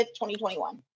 2021